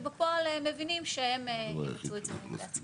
שבפועל הם מבינים שהם יצטרכו לצאת בעצמם.